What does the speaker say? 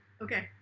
Okay